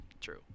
True